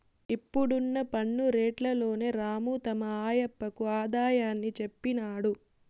ఇప్పుడున్న పన్ను రేట్లలోని రాము తమ ఆయప్పకు ఆదాయాన్ని చెప్పినాడు